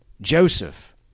Joseph